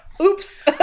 Oops